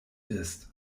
ist